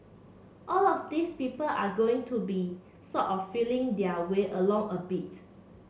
all of these people are going to be sort of feeling their way along a bit